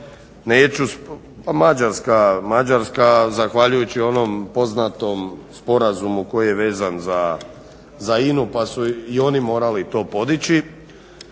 PDV od Hrvatske. Mađarska zahvaljujući onom poznatom sporazumu koji je vezan za INA-u pa su i oni morali to podići